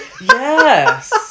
Yes